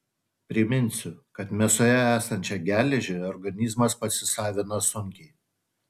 priminsiu kad mėsoje esančią geležį organizmas pasisavina sunkiai